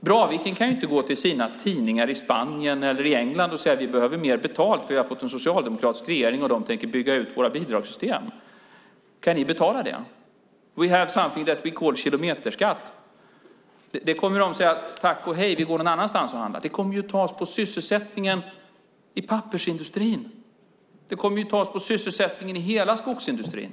Braviken kan inte gå till sina tidningar i Spanien eller i England och säga att de behöver mer betalt därför att de har fått en socialdemokratisk regering som tänker bygga ut bidragssystemen: Kan ni betala? We have something that we call kilometerskatt. Tidningarna kommer att säga: Tack och hej. Vi går någon annanstans och handlar. Det här kommer att tas på sysselsättningen i pappersindustrin. Det här kommer att tas på sysselsättningen i hela skogsindustrin.